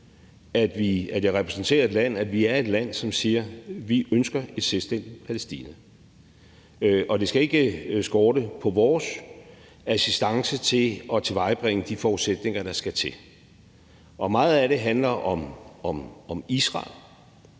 at jeg repræsenterer et land og vi er et land, som siger, at vi ønsker et selvstændigt Palæstina. Det skal ikke skorte på vores assistance til at tilvejebringe de forudsætninger, der skal til. Meget af det handler om Israel,